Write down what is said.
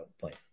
point